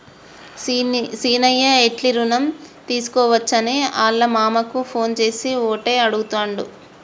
సీనయ్య ఎట్లి రుణం తీసుకోవచ్చని ఆళ్ళ మామకు ఫోన్ చేసి ఓటే అడుగుతాండు